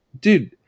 Dude